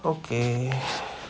okay